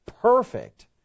perfect